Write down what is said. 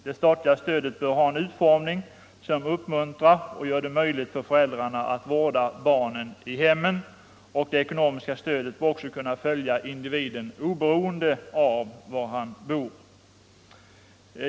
Det statliga stödet bör ha en utformning som uppmuntrar och gör det möjligt för föräldrarna att vårda barnen i hemmet, och det ekonomiska stödet bör kunna följa individen oberoende av var han bor.